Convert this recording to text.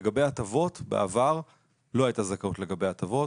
לגבי הטבות, בעבר לא הייתה זכאות לגבי הטבות.